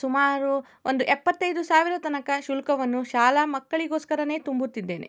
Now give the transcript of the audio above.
ಸುಮಾರು ಒಂದು ಎಪ್ಪತ್ತೈದು ಸಾವಿರದ ತನಕ ಶುಲ್ಕವನ್ನು ಶಾಲಾ ಮಕ್ಕಳಿಗೋಸ್ಕರ ತುಂಬುತ್ತಿದ್ದೇನೆ